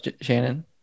Shannon